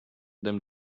them